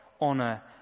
Honor